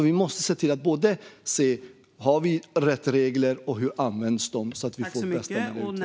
Vi måste se på om reglerna är riktiga och hur de används så att det blir bästa möjliga utveckling.